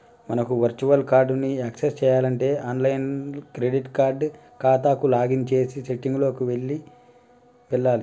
మనకు virtual card ని access చేయాలంటే ఆన్లైన్ క్రెడిట్ కార్డ్ ఖాతాకు లాగిన్ చేసి సెట్టింగ్ లోకి వెళ్లాలి